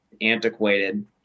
antiquated